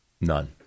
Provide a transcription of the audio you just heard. none